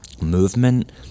movement